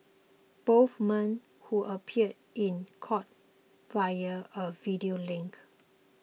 both men who appeared in court via a video link